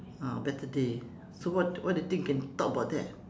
ah better day so what what do you think can talk about that